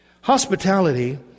Hospitality